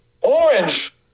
Orange